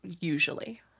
Usually